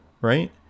right